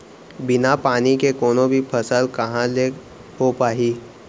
बिना पानी के कोनो भी फसल कहॉं ले हो पाही?